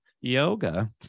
yoga